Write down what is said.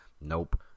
Nope